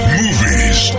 movies